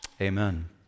Amen